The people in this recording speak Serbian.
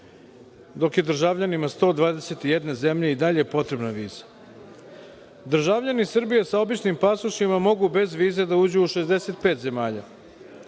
dok je državljanima 121 zemlje i dalje potrebna viza. Državljani Srbije sa običnim pasošima mogu bez vize da uđu u 65 zemalja,